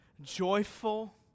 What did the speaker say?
joyful